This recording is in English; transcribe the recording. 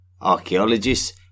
Archaeologists